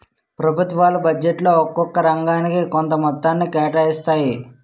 ప్రభుత్వాలు బడ్జెట్లో ఒక్కొక్క రంగానికి కొంత మొత్తాన్ని కేటాయిస్తాయి